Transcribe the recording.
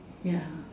ya